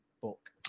book